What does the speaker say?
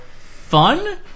fun